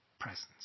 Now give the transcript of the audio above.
presence